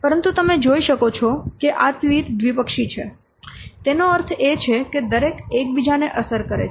પરંતુ તમે જોઈ શકો છો કે આ તીર દ્વિપક્ષી છે તેનો અર્થ એ કે દરેક એક બીજાને અસર કરે છે